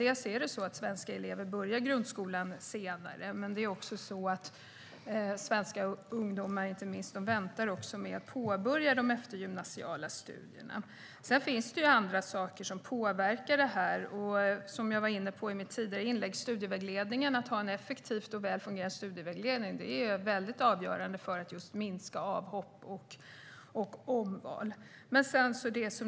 Dels börjar svenska elever grundskolan senare, dels väntar svenska ungdomar ofta med att påbörja sina eftergymnasiala studier. Det finns även andra saker som påverkar detta. Som jag var inne på tidigare är en effektiv och väl fungerande studievägledning avgörande för att minska avhopp och omval.